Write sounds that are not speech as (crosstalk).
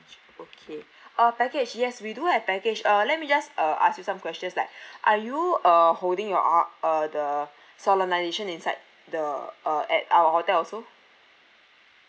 okay (breath) uh package yes we do have package uh let me just uh ask you some questions like (breath) are you uh holding your uh uh the (breath) solemnisation inside the uh at our hotel also